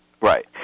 Right